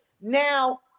now